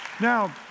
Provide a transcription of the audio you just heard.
Now